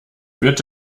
wird